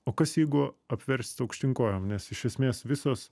o kas jeigu apverst aukštyn kojom nes iš esmės visos